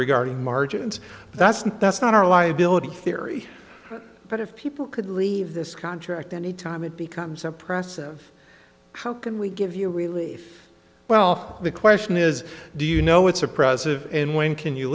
regarding margins that's not that's not our liability theory but if people could leave this contract any time it becomes oppressive how can we give you really well the question is do you know it's a present in when can you